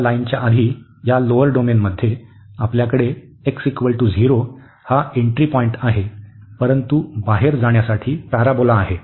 या लाईनीच्या आधी या लोअर डोमेनमध्ये आपल्याकडे x0 हा एन्ट्री पॉईंट आहे परंतु बाहेर जाण्यासाठी पॅराबोला आहे